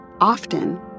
often